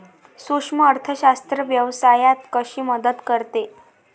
सूक्ष्म अर्थशास्त्र व्यवसायात कशी मदत करते?